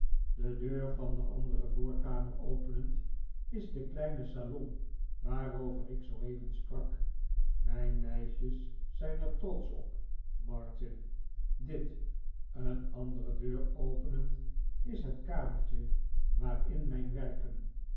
de deur van de andere voorkamer openend is de kleine salon waarover ik zooeven sprak mijn meisjes zijn er trotsch op martin dit een artdere deur openend is het kamertje waarin mijn werken